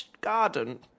garden